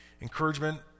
Encouragement